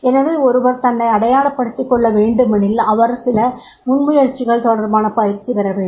எனவே ஒருவர் தன்னை அடையாளப் படுத்திக் கொள்ள வேண்டுமெனில் அவர் சில முன்முயற்சிகள் தொடர்பான பயிற்சி பெற வேண்டும்